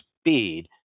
speed